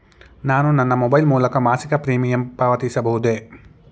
ನಾನು ನನ್ನ ಮೊಬೈಲ್ ಮೂಲಕ ಮಾಸಿಕ ಪ್ರೀಮಿಯಂ ಪಾವತಿಸಬಹುದೇ?